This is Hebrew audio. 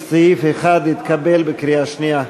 סעיף 1 התקבל בקריאה שנייה.